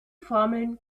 formeln